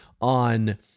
on